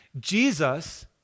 Jesus